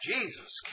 Jesus